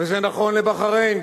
וזה נכון לבחריין,